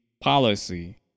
policy